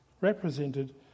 represented